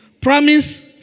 promise